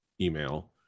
email